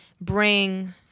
bring